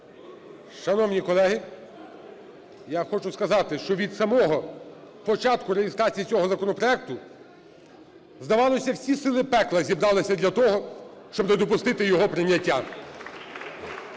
Шановні колеги, я хочу сказати, що від самого початку реєстрації цього законопроекту, здавалося, всі сили пекла зібралися для того, щоб не допустити його прийняття.